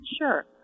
Sure